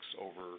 over